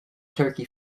turkey